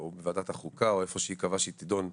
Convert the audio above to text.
בוועדת החוקה או איפה שייקבע שהיא תידון,